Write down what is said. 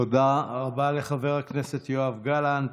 תודה רבה לחבר הכנסת יואב גלנט.